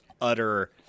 utter